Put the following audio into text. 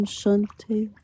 Shanti